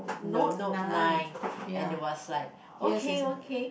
no note nine and they was like okay okay